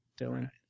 Dylan